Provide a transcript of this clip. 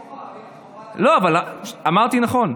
יש חובה, לא, אבל, אמרתי נכון.